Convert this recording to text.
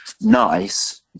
nice